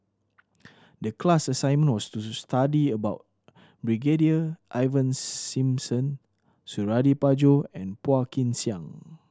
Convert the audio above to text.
the class assignment was study about Brigadier Ivan Simson Suradi Parjo and Phua Kin Siang